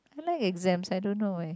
I like exams I don't know leh